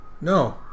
no